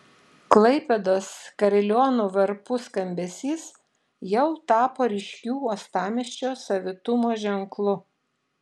klaipėdos kariliono varpų skambesys jau tapo ryškiu uostamiesčio savitumo ženklu